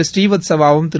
ஸ்ரீவத்சவாவும் திரு